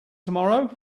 tomorrow